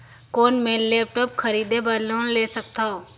कौन मैं लेपटॉप खरीदे बर लोन ले सकथव?